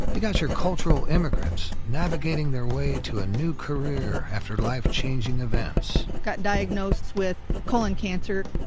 but gotchyer cultural immigrants, navigating their way to a new career after life changing events. got diagnosed with colon cancer.